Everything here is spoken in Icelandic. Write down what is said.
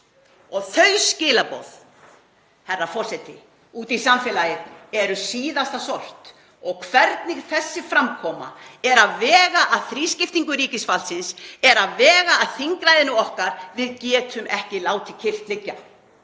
Þau skilaboð, herra forseti, út í samfélagið eru síðasta sort. Hvernig þessi framkoma vegur að þrískiptingu ríkisvaldsins, vegur að þingræðinu okkar, við getum ekki látið kyrrt liggja.